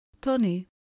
Tony